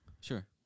sure